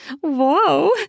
Whoa